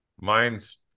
Mine's